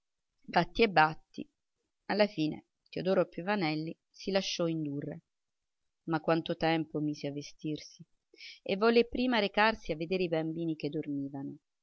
batti e batti alla fine teodoro piovanelli si lasciò indurre ma quanto tempo mise a vestirsi e volle prima recarsi a vedere i bambini che dormivano